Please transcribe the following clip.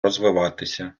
розвиватися